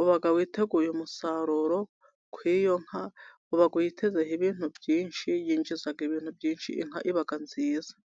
Uba witeguye umusaruro ku iyo nka ,uba uyitezeho ibintu byinshi, yinjiza ibintu byinshi, inka iba nziza.